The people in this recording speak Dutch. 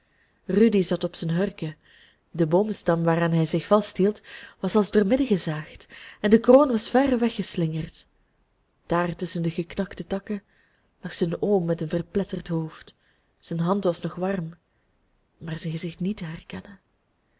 rudy zat op zijn hurken de boomstam waaraan hij zich vasthield was als doormidden gezaagd en de kroon was ver weggeslingerd daar tusschen de geknakte takken lag zijn oom met een verpletterd hoofd zijn hand was nog warm maar zijn gezicht niet te herkennen